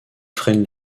freine